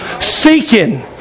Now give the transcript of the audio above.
Seeking